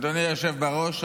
אדוני היושב בראש,